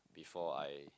before I